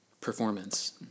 performance